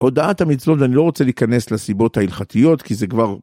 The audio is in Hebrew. הודעת המצלול, אני לא רוצה להיכנס לסיבות ההלכתיות כי זה כבר...